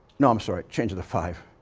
no, i'm sorry change it to five.